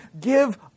Give